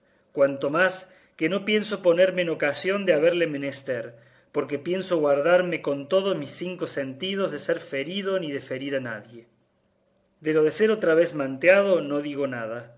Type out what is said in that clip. cuanto más que no pienso ponerme en ocasión de haberle menester porque pienso guardarme con todos mis cinco sentidos de ser ferido ni de ferir a nadie de lo del ser otra vez manteado no digo nada